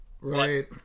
right